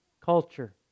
Culture